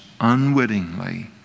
unwittingly